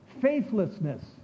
Faithlessness